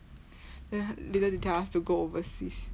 then later they tell us to go overseas